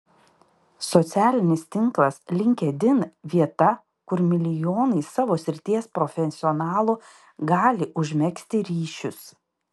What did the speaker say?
socialinis tinklas linkedin vieta kur milijonai savo srities profesionalų gali užmegzti ryšius